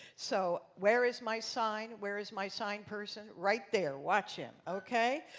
so where is my sign? where is my sign person? right there. watch him, okay?